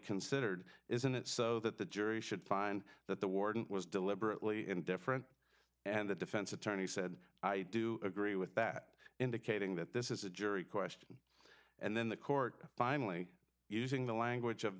considered isn't it so that the jury should find that the warden was deliberately indifferent and the defense attorney said i do agree with that indicating that this is a jury question and then the court finally using the language of